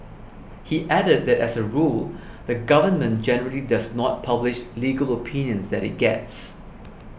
he added that as a rule the Government generally does not publish legal opinions that it gets